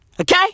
Okay